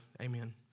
Amen